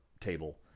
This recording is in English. table